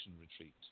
retreat